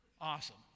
awesome